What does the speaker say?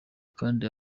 kandi